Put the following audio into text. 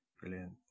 Brilliant